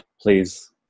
please